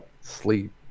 sleep